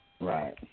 Right